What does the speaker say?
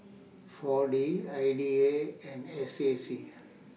four D I D A and S A C